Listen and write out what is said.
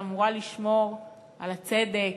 שאמורה לשמור על הצדק,